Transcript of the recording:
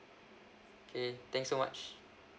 K thanks so much